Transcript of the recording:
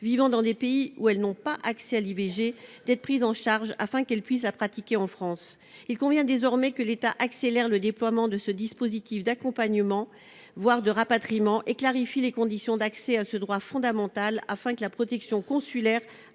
vivant dans des pays où elles n'ont pas accès à l'IVG afin qu'elles puissent la pratiquer en France. Il convient désormais que l'État accélère le déploiement de ce dispositif d'accompagnement, voire de rapatriement, et clarifie les conditions d'accès à ce droit fondamental afin que la protection consulaire